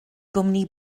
gwmni